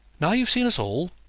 now you've seen us all,